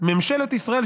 ממשלת ישראל,